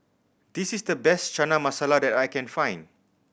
this is the best Chana Masala that I can find